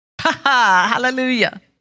Hallelujah